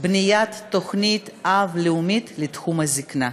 בניית תוכנית-אב לאומית לתחום הזקנה.